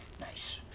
nice